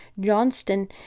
Johnston